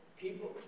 people